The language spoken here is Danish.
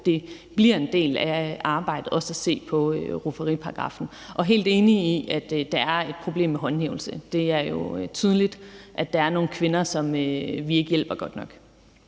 det bliver en del af arbejdet også at se på rufferiparagraffen. Og jeg er helt enig i, at der er et problem med håndhævelse. Det er jo tydeligt, at der er nogle kvinder, som vi ikke hjælper godt nok.